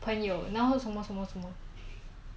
thinking if is love important or not